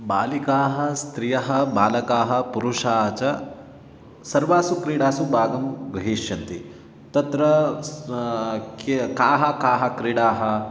बालिकाः स्त्रियः बालकाः पुरुषाः च सर्वासु क्रीडासु भागं गृहीष्यन्ति तत्र के काः काः क्रीडाः